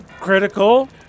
Critical